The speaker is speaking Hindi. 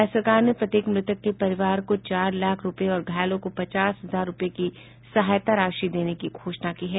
राज्य सरकार ने प्रत्येक मृतक के परिवार को चार लाख रूपये और घायलों को पचास हजार रूपये की सहायता राशि देने की घोषणा की है